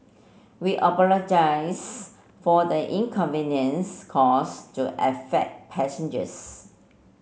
we apologise for the inconvenience caused to affect passengers